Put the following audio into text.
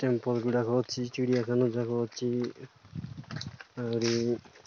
temple ଗୁଡ଼ାକ ଅଛି ଚିଡ଼ିଆଖାନା ଯାକ ଅଛି ଆହୁରି